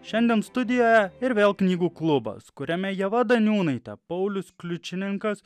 šiandien studijoje ir vėl knygų klubas kuriame ieva daniūnaitė paulius kliučininkas